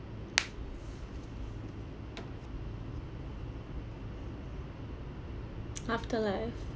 afterlife